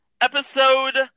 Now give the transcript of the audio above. Episode